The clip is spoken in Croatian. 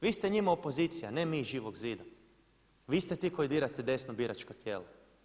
Vi ste njima opozicija, a ne mi iz Živog zida, vi ste ti koji dirate desno biračko tijelo.